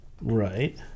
Right